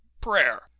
prayer